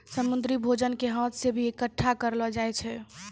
समुन्द्री भोजन के हाथ से भी इकट्ठा करलो जाय छै